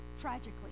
tragically